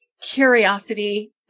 curiosity